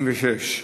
156),